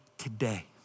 Today